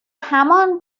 همان